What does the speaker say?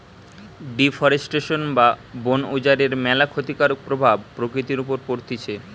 deforestation বা বন উজাড়ের ম্যালা ক্ষতিকারক প্রভাব প্রকৃতির উপর পড়তিছে